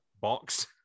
box